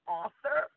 author